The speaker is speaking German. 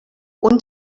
und